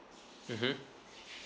mmhmm